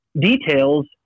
details